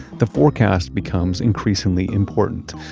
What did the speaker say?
the forecast becomes increasingly important.